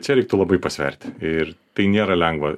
čia reiktų labai pasverti ir tai nėra lengva